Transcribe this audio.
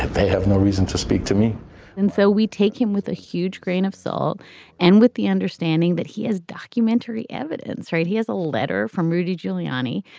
they have no reason to speak to me and so we take him with a huge grain of salt and with the understanding that he has documentary evidence. right. he has a letter from rudy giuliani.